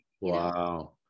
wow